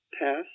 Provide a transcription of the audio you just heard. pass